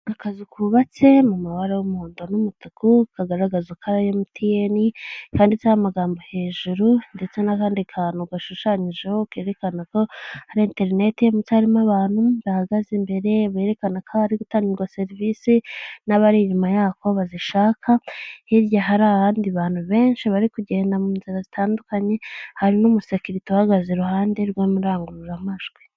Akazu kubatse mu mabara y'umuhondo n'umutuku kagaragaza ko ari MTN, kanditseho amagambo hejuru ndetse n'akandi kantu gashushanyijeho kerekana ko hari interineti, munsi haririmo abantu bahagaze imbere, berekana ko hari gutangirwa serivisi, n'abari inyuma yako bazishaka, hirya hari ahandi bantu benshi bari kugenda mu nzira zitandukanye, hari n'umusekirite uhagaze iruhande rw'amarangururamajwi.